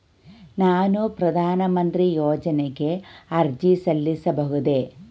ನಾನು ಪ್ರಧಾನ ಮಂತ್ರಿ ಯೋಜನೆಗೆ ಅರ್ಜಿ ಸಲ್ಲಿಸಬಹುದೇ?